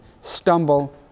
stumble